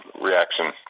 reaction